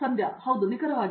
ಸಂಧ್ಯಾ ಹೌದು ನಿಖರವಾಗಿ